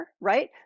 right